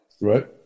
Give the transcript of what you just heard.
Right